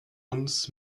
uns